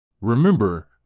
Remember